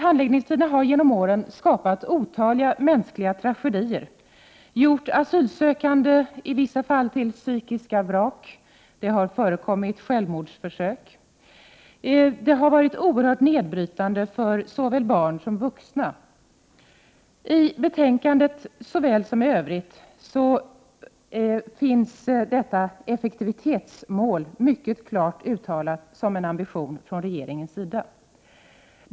Handläggningstiderna har genom åren skapat otaliga mänskliga tragedier och gjort asylsökande till psykiska vrak i vissa fall. Det har förekommit självmordsförsök, och situationen har varit oerhört nedbrytande för såväl barn som vuxna. I betänkandet såväl som i övrigt finns detta effektivitetsmål mycket klart uttalat som en ambition från regeringens sida.